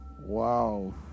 Wow